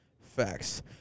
Facts